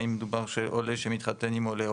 האם מדובר עם עולה שמתחתן עם עולה,